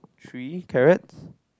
three carrots